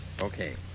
Okay